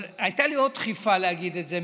אבל הייתה לי עוד דחיפה להגיד את זה,